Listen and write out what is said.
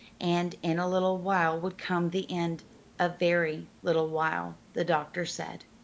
and in a little while would come the end a very little while, the doctor said.